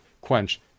quench